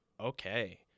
Okay